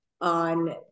on